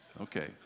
Okay